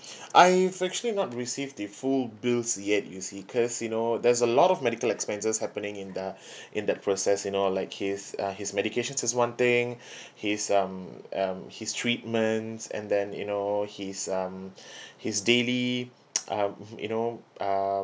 I've actually not received the full bills yet you see cause you know there's a lot of medical expenses happening in the in the process you know like his uh his medications is one thing his um um his treatments and then you know his um his daily um you know uh